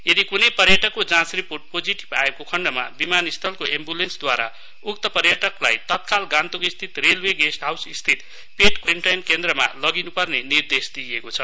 यदि कुनै पर्यटकको जाँच रिपोर्ट पोजिटिव आएको खण्डमा विमानस्थलको एम्बुलेन्सद्वारा उक्त पर्यटकलाई तत्काल गान्तोक स्थित रेलवे गेस्ट हाउस स्थित पेड क्वारेन्टाइन् केन्द्रमा लगिनु पर्ने निर्देश दिइएको छ